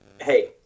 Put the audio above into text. hey